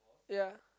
ya